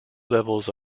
levels